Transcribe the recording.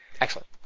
Excellent